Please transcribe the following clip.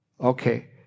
Okay